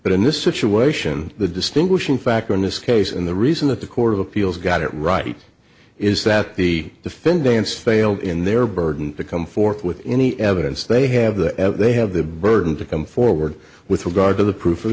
but in this situation the distinguishing factor in this case and the reason that the court of appeals got it right is that the defendants failed in their burden to come forth with any evidence they have the ever they have the burden to come forward with regard to the proof o